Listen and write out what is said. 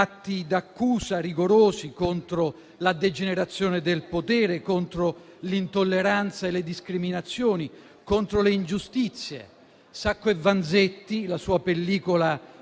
atti d'accusa rigorosi contro la degenerazione del potere, contro l'intolleranza e le discriminazioni, contro le ingiustizie. "Sacco e Vanzetti", la sua pellicola